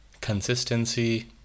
consistency